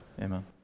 Amen